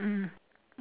mm